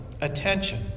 attention